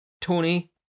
Tony